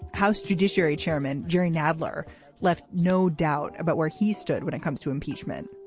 house judiciary chairman jerry nadler left no doubt about where he stood when it comes to impeachment.